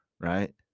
right